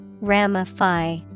Ramify